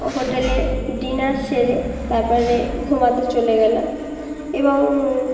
হোটেলের ডিনার সেরে তারপরে ঘুমাতে চলে গেেল এবং